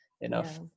enough